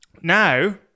Now